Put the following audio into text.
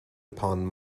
upon